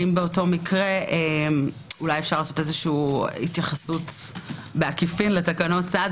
האם באותו מקרה אפשר לעשות התייחסות בעקיפין לתקנות סעד